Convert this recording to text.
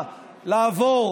ראשון, בנט, חתונמי.